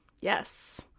Yes